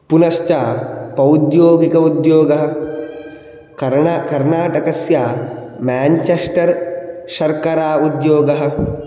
पुनश्च पौद्योगिक उद्योगः कर्ण कर्णाटकस्य मेञ्चेस्टर् शर्करा उद्योगः